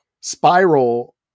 Spiral